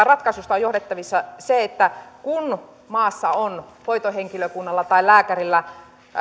ratkaisuista on johdettavissa se että kun maassa on hoitohenkilökunnalla tai lääkärillä